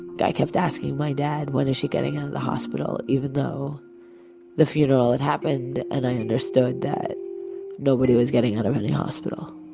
i kept asking my dad when is she getting out of the hospital even though the funeral had happened and i understood that nobody was getting out of any hospital.